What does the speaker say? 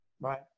Right